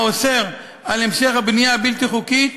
האוסר על המשך הבנייה הבלתי-חוקית,